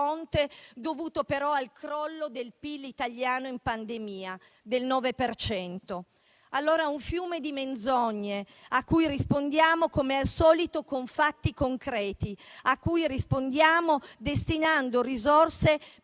dovuto però al crollo del PIL italiano in pandemia del 9 per cento. È un fiume di menzogne a cui rispondiamo, come al solito, con fatti concreti, destinando risorse per